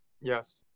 Yes